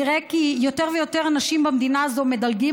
נראה כי יותר ויותר אנשים במדינה הזו מדלגים